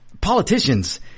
politicians